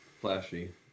flashy